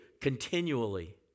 continually